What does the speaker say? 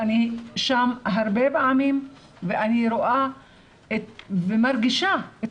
אני שם פעמים רבות ואני רואה ומרגישה את